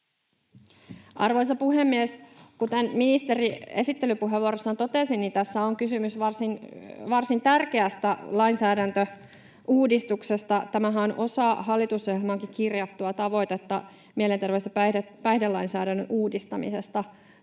Arvoisa puhemies! Kuten ministeri esittelypuheenvuorossaan totesi, tässä on kysymys varsin tärkeästä lainsäädäntöuudistuksesta. Tämähän on osa hallitusohjelmaankin kirjattua tavoitetta mielenterveys- ja päihdelainsäädännön uudistamisesta.